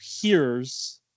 hears